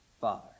Father